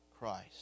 Christ